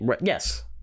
yes